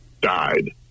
died